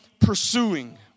pursuing